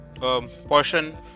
portion